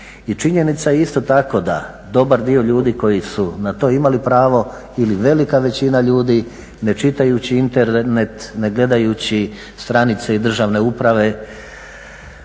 I činjenica je isto tako da dobar dio ljudi koji su na to imali pravo ili velika većina ljudi ne čitajući Internet, ne gledajući stranice Državne uprave